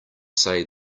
say